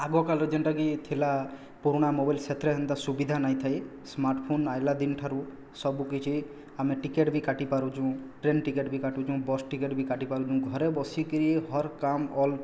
ଆଗକାଲରେ ଯେନ୍ଟାକି ଥିଲା ପୁରୁଣା ମୋବାଇଲ୍ ସେଥିରେ ହେନ୍ତା ସୁବିଧା ନାଇଁ ଥାଇ ସ୍ମାର୍ଟଫୋନ୍ ଆସିଲା ଦିନ ଠାରୁ ସବୁକିଛି ଆମେ ଟିକେଟ୍ ବି କାଟି ପାରୁଛୁ ଟ୍ରେନ୍ ଟିକେଟ୍ ବି କାଟୁଛୁ ବସ୍ ଟିକେଟ୍ ବି କାଟି ପାରୁଛୁ ଘରେ ବସିକିରି ହର୍ କାମ୍ ଅଲ୍